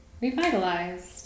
revitalized